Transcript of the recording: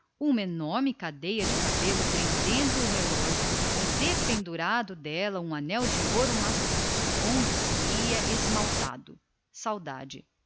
uma enorme cadeia de cabelo prendendo o relógio e dependurado nela um anel de ouro onde se lia esmaltado saudade